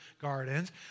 gardens